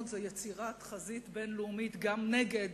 הוא יצירת חזית בין-לאומית גם נגד